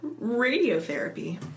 radiotherapy